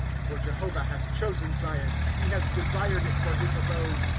for jehovah has chosen zion he has desired it for his abode.